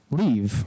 leave